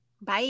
Bye